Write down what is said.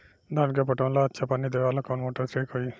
धान के पटवन ला अच्छा पानी देवे वाला कवन मोटर ठीक होई?